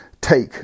take